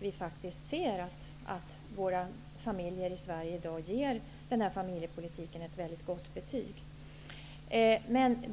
vi överens om att familjerna i Sverige i dag faktiskt ger den här familjepolitiken ett väldigt gott betyg.